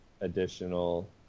additional